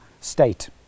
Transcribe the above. state